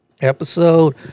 Episode